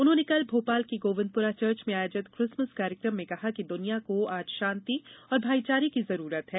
उन्होंने कल भोपाल के गोविंदपुरा चर्च में आयोजित किसमस कार्यक्रम में कहा कि दुनिया को आज शांति और भाईचारे की जरूरत है